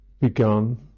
begun